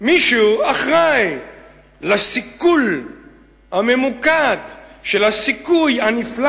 מישהו אחראי לסיכול הממוקד של הסיכוי הנפלא